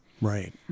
Right